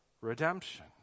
redemption